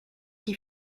qui